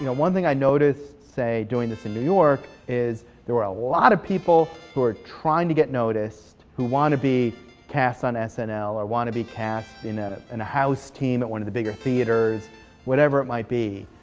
you know one thing i noticed, say, doing this in new york is there were a lot of people who are trying to get noticed. who want to be cast on and snl or want to be cast in ah and a house team at one of the bigger theaters whatever it might be.